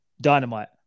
Dynamite